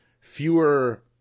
fewer